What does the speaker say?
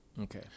Okay